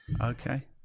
Okay